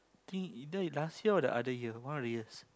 think either last year or the other year one of the years